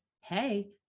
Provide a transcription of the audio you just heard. Hey